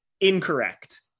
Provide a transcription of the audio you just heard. incorrect